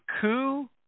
coup